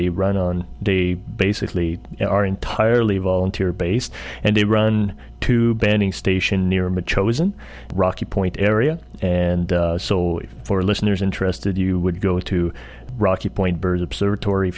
they run on they basically are entirely volunteer based and they run to bending station near him a chosen rocky point area and so for listeners interested you would go to rocky point birds observatory